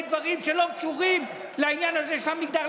דברים שלא קשורים לעניין הזה של המגדר?